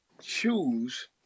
choose